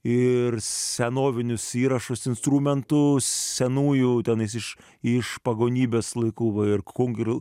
ir senovinius įrašus instrumentų senųjų tenais iš iš pagonybės laikų va ir kungriu